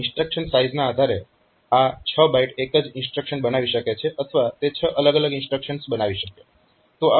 તો ઇન્સ્ટ્રક્શન સાઈઝના આધારે આ 6 બાઈટ એક જ ઇન્સ્ટ્રક્શન બનાવી શકે છે અથવા તે 6 અલગ અલગ ઇન્સ્ટ્રક્શન્સ બનાવી શકે છે